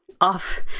off